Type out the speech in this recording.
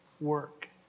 work